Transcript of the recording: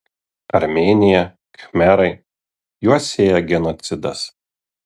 armėnija khmerai juos sieja genocidas